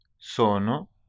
Sono